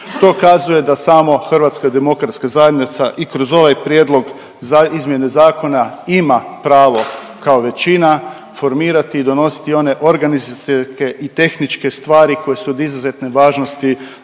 To kazuje da samo HDZ i kroz ovaj prijedlog za izmjene zakona ima pravo kao većina fomirati i donositi one organizacijske i tehničke stvari koje su od izuzetne važnosti